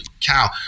cow